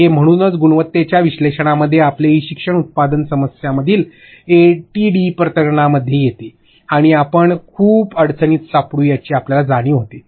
हे म्हणूनच गुणवत्तेच्या विश्लेषणामध्ये आपले ई शिक्षण उत्पादन समस्यांमधील एटीडी प्रकरणांमध्ये येते आणि आपण खूप अडचणीत सापडू याची आपल्याला जाणीव होते